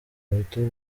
bitugu